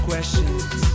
Questions